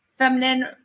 feminine